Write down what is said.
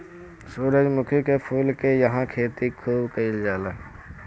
सूरजमुखी के फूल के इहां खेती खूब कईल जाला